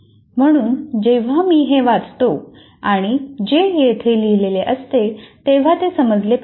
म्हणून जेव्हा मी हे वाचतो आणि जे येथे लिहिलेले असते तेव्हा ते समजले पाहिजे